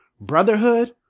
Brotherhood